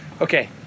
Okay